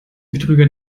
betrüger